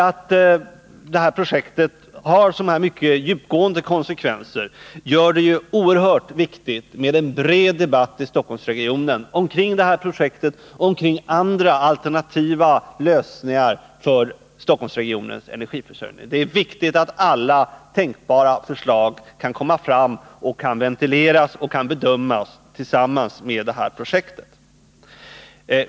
Att projektet har sådana här mycket djupgående konsekvenser gör det ju oerhört viktigt med en bred debatt i Stockholmsregionen omkring projektet och omkring alternativa lösningar för Stockholmsregionens energiförsörjning. Det är viktigt att alla tänkbara förslag kan komma fram och kan ventileras och bedömas tillsammans med det här projektet.